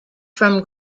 from